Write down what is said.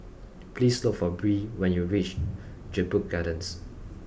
please look for Bree when you reach Jedburgh Gardens